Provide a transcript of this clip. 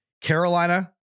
Carolina